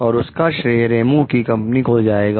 और उसका श्रेय रेमो की कंपनी को जाएगा